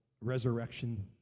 resurrection